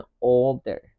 older